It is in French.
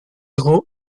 grand